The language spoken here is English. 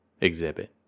exhibit